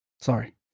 sorry